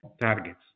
targets